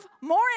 more